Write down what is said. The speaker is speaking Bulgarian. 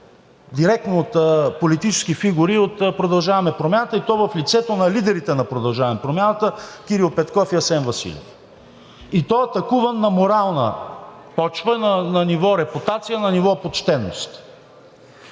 директно от политически фигури от „Продължаваме Промяната“, и то в лицето на лидерите на „Продължаваме Промяната“ Кирил Петков и Асен Василев. И то атакуван на морална почва, на ниво репутация, на ниво почтеност.